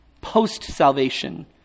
post-salvation